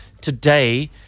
today